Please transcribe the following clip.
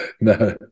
No